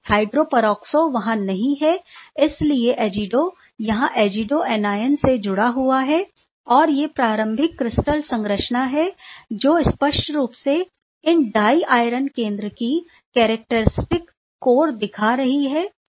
hydroperoxo वहाँ नहीं है इसीलिए एजिडो यहां एज़िडो एनायन से जुड़ा हुआ है और ये प्रारंभिक क्रिस्टल संरचना है जो स्पष्ट रूप से इन डाई आयरन केंद्र की कैरेक्टरिस्टिक कोर दिखा रही है